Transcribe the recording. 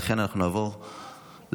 לכן אנחנו נעבור להצבעה.